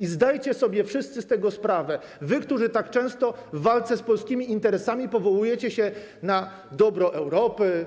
I zdajcie sobie wszyscy z tego sprawę, wy, którzy tak często w walce z polskimi interesami powołujecie się na dobro Europy,